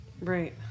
right